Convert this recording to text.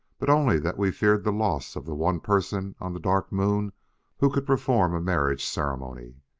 but only that we feared the loss of the one person on the dark moon who could perform a marriage ceremony.